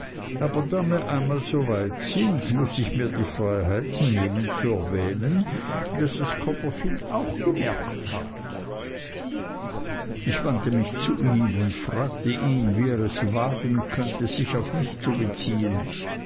aber da mir einmal soweit sind muß ich mir die freiheit neh men zu erwähnen daß es copperfield auch gemerkt hat ich wandte mich zu ihm und fragte ihn wie er es wagen könnte sich auf mich zu beziehen